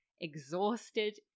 exhausted